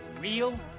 real